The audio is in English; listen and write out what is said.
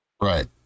right